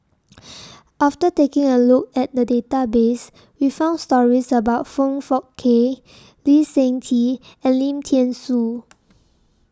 after taking A Look At The Database We found stories about Foong Fook Kay Lee Seng Tee and Lim Thean Soo